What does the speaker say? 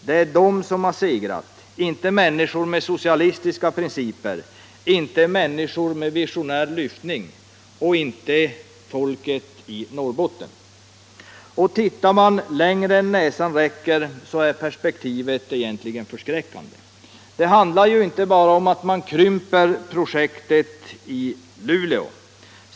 Det är de som har segrat, inte människor med socialistiska principer, inte människor med visionär lyftning, inte folket i Norrbotten. Och tittar man längre än näsan räcker är perspektivet egentligen förskräckande. Det handlar inte bara om att man krymper projektet i Luleå.